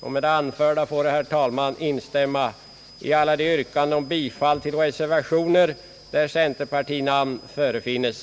Jag kommer, herr talman, att instämma i alla yrkanden om bifall till reservationer där centerpartinamn förefinnes.